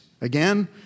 Again